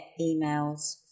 emails